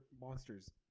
monsters